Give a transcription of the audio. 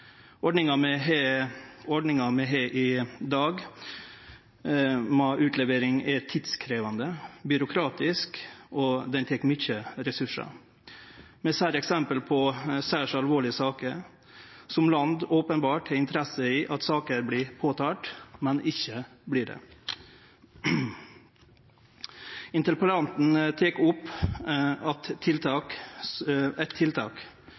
Ordninga vi har med utlevering i dag, er tidkrevjande og byråkratisk, og ho tek mykje ressursar. Vi ser eksempel på særs alvorlege saker som land openbert har interesse av at vert påtalte, men som ikkje vert det. Interpellanten tek opp eit tiltak